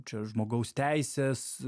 čia žmogaus teisės